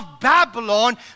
Babylon